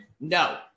No